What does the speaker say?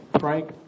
Frank